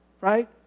right